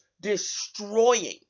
destroying